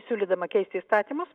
siūlydama keisti įstatymus